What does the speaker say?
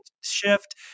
shift